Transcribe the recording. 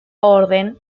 orden